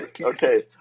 Okay